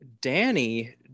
Danny